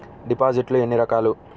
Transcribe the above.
డిపాజిట్లు ఎన్ని రకాలు?